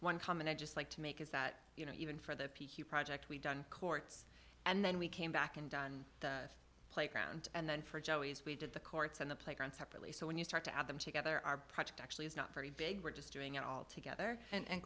one comment i just like to make is that you know even for the project we've done courts and then we came back and done the playground and then for joey's we did the courts and the playground separately so when you start to add them together our project actually is not very big we're just doing it all together